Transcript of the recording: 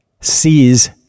sees